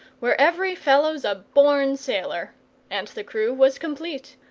where every fellow's a born sailor and the crew was complete.